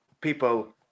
people